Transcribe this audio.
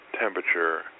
temperature